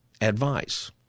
advice